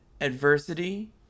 Adversity